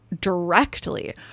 directly